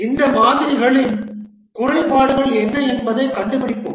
இந்த மாதிரிகளின் குறைபாடுகள் என்ன என்பதைக் கண்டுபிடிப்போம்